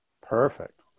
Perfect